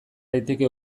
daiteke